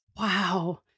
Wow